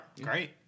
Great